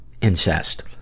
incest